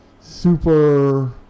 super